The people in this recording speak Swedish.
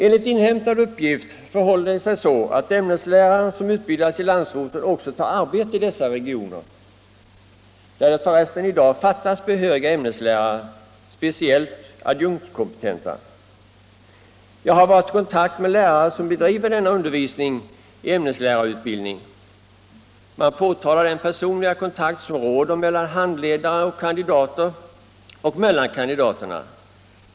Enligt inhämtad uppgift förhåller det sig så att ämneslärare som utbildas i landsorten också tar arbete i dessa regioner, där det för resten i dag fattas behöriga ämneslärare, speciellt adjunktskompetenta. Jag har varit i kontakt med lärare som bedriver denna ämneslärarutbildning. Man pekar på den personliga kontakt som råder mellan handledare och kandidater och mellan kandidaterna.